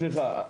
אז סליחה,